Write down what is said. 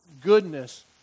Goodness